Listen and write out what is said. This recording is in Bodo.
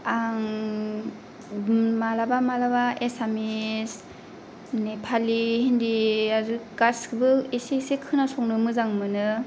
आं मालाबा माबा एसामिस नेपालि हिन्दि आरो गासिखौबो एसे एसे खोना संनो मोजां मोनो